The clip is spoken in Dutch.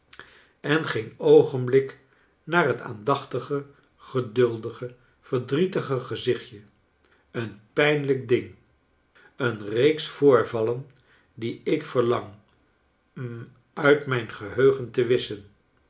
en geen oogenblik naar het aandachtige geduldige verdrietige gezichtje een pijnlijk ding een reeks voorvallen die ik verlang hm uit mijn geheugen te wisschen